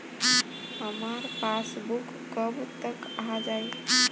हमार पासबूक कब तक आ जाई?